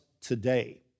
today